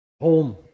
home